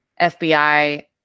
FBI